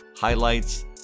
highlights